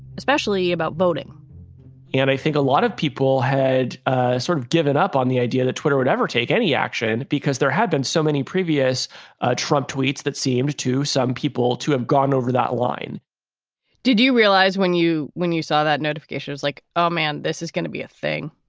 especially about voting and i think a lot of people had ah sort of given up on the idea that twitter would ever take any action because there had been so many previous trump tweets that seemed to some people to have gone over that line did you realize when you when you saw that notifications like, oh, man, this is gonna be a thing?